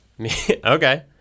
okay